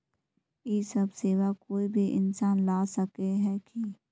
इ सब सेवा कोई भी इंसान ला सके है की?